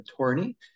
attorney